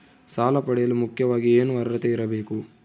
ಸಾಲ ಪಡೆಯಲು ಮುಖ್ಯವಾಗಿ ಏನು ಅರ್ಹತೆ ಇರಬೇಕು?